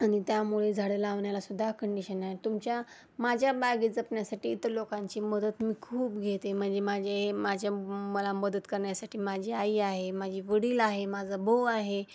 आणि त्यामुळे झाडं लावण्याला सुद्धा कंडिशन आहे तुमच्या माझ्या बागेत जपण्यासाठी इतर लोकांची मदत मी खूप घेते म्हणजे माझे माझ्या मला मदत करण्यासाठी माझी आई आहे माझे वडील आहे माझा भाऊ आहे